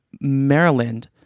Maryland